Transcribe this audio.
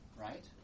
right